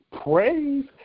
Praise